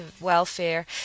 welfare